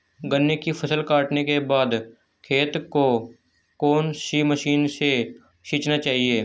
गन्ने की फसल काटने के बाद खेत को कौन सी मशीन से सींचना चाहिये?